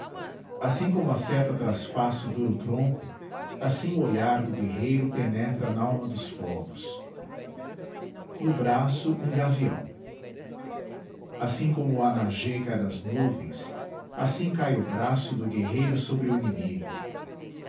assim como a seta traspassa o duro tronco assim o olhar do guerreiro penetra nalma dos povos no braço um gavião assim como o anajê cai das nuvens assim cai o braço do guerreiro sobre o inimigo